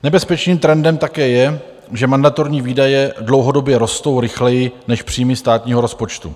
Nebezpečným trendem také je, že mandatorní výdaje dlouhodobě rostou rychleji než příjmy státního rozpočtu.